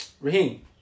Raheem